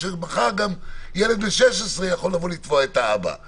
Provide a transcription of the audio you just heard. שאפשר לתבוע אחרי זה נזיקין.